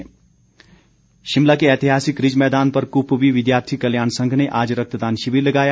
रक्तदान शिमला के ऐतिहासिक रिज मैदान पर कुपवी विद्यार्थी कल्याण संघ ने आज रक्तदान शिविर लगाया